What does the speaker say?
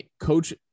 Coach